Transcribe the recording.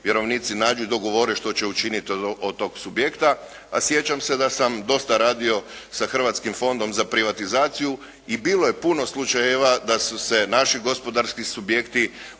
vjerovnici nađu i dogovore što će učiniti od tog subjekta. A sjećam se da sam dosta radio sa Hrvatskim fondom za privatizaciju i bilo je puno slučajeva da su se naši gospodarski subjekti,